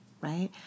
right